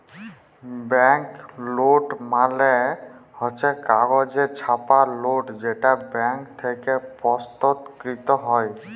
bank note মালে হচ্ছ কাগজে ছাপা লোট যেটা ব্যাঙ্ক থেক্যে প্রস্তুতকৃত হ্যয়